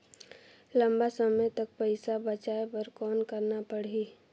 लंबा समय तक पइसा बचाये बर कौन करना पड़ही?